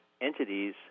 entities